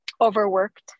overworked